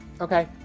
Okay